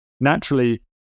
naturally